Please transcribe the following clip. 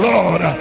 Lord